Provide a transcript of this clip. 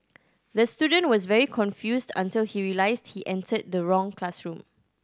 the student was very confused until he realised he entered the wrong classroom